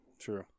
True